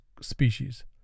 species